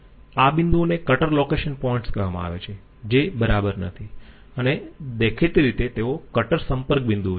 આ બિંદુઓને cutter location points કહેવામાં આવે છે જે બરાબર નથી અને દેખીતી રીતે તેઓ કટર સંપર્ક બિંદુઓ છે